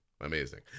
Amazing